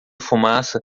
fumaça